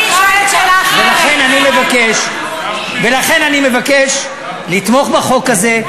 ולכן אני מבקש לתמוך בחוק הזה.